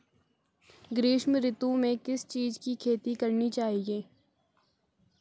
ग्रीष्म ऋतु में किस चीज़ की खेती करनी चाहिये?